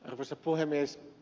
arvoisa puhemies